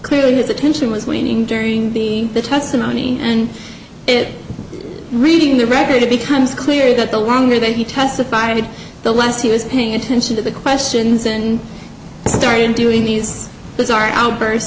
clearly his attention was waning during the testimony and it reading the record it becomes clear that the longer that he testified the less he was paying attention to the questions and started doing these bizarre o